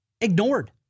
ignored